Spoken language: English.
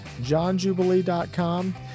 Johnjubilee.com